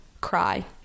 cry